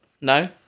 No